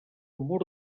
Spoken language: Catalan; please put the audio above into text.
mur